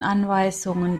anweisungen